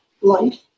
life